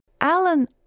Alan